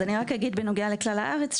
אז אני רק אגיד בנוגע לכלל הארץ,